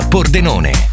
Pordenone